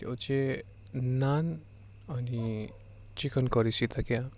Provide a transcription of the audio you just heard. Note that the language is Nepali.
त्यो चाहिँ नान अनि चिकन करीसित क्या